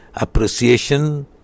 Appreciation